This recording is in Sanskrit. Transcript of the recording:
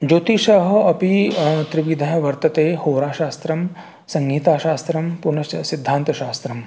ज्योतिषं अपि त्रिविधः वर्तते होराशास्त्रं संहिताशास्त्रं पुनश्च सिद्धान्तशास्त्रम्